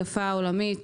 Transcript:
לחימה, מגפה עולמית,